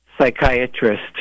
psychiatrist